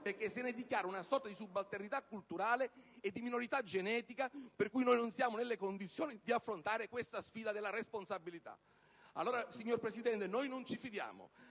perché se ne dichiara una sorta di subalternità culturale e di minorità genetica, per cui noi non siamo nelle condizioni di affrontare questa sfida della responsabilità. Signor Presidente, noi allora non ci fidiamo.